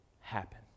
happen